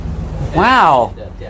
Wow